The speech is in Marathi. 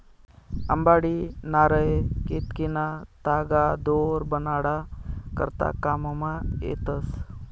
अंबाडी, नारय, केतकीना तागा दोर बनाडा करता काममा येतस